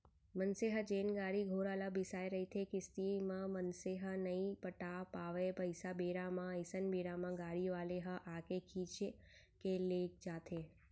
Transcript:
मनसे ह जेन गाड़ी घोड़ा ल बिसाय रहिथे किस्ती म मनसे ह नइ पटा पावय पइसा बेरा म अइसन बेरा म गाड़ी वाले ह आके खींच के लेग जाथे